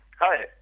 Hi